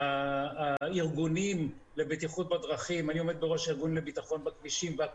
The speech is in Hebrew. הארגונים לבטיחות בדרכים אני